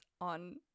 on